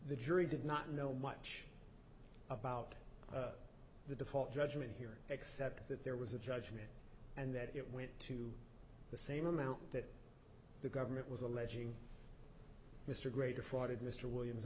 the jury did not know much about the default judgment here except that there was a judgment and that it went to the same amount that the government was alleging mr gray defrauded mr williams